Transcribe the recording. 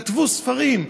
כתבו ספרים,